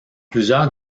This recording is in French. plusieurs